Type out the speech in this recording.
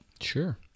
Sure